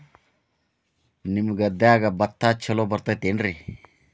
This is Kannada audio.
ನಿಮ್ಮ ಗದ್ಯಾಗ ಭತ್ತ ಛಲೋ ಬರ್ತೇತೇನ್ರಿ?